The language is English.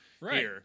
Right